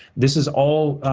this is all